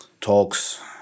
talks